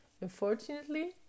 Unfortunately